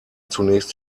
zunächst